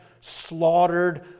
slaughtered